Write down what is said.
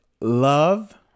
love